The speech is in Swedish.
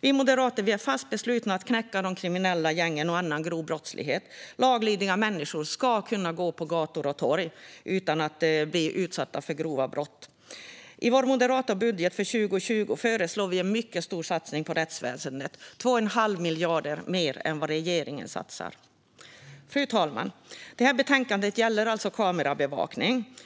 Vi moderater är fast beslutna om att knäcka de kriminella gängen och annan grov brottslighet. Laglydiga människor ska kunna gå på gator och torg utan att bli utsatta för grova brott. I vår moderata budget för 2020 föreslår vi en mycket stor satsning på rättsväsendet som innebär 2 1⁄2 miljard mer än vad regeringen satsar. Fru talman! Det här betänkandet gäller kamerabevakning.